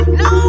no